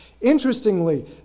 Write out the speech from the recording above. Interestingly